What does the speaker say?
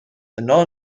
yno